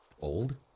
Old